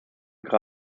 der